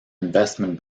investment